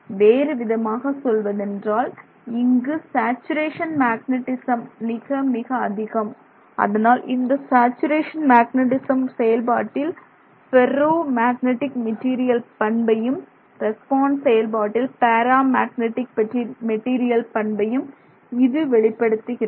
வேறுவிதமாகச் சொல்வதென்றால் இங்கு saturation magnetism மிக மிக அதிகம் அதனால் இந்த சேச்சுரேஷன் மேக்னெட்டிசம் செயல்பாட்டில் ஃபெர்ரோ மேக்னெட்டிக் மெட்டீரியல் பண்பையும் ரெஸ்பான்ஸ் செயல்பாட்டில் பேரா மேக்னெட்டிக் பண்பையும் இது வெளிப்படுத்துகிறது